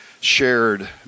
shared